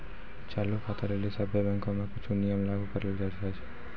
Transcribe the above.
चालू खाता के लेली सभ्भे बैंको मे कुछो नियम लागू करलो जाय छै